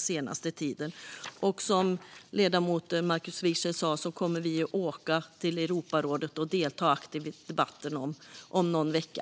Som ledamoten Markus Wiechel sa kommer vi att åka till Europarådet och delta aktivt i debatten om någon vecka.